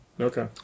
okay